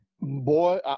Boy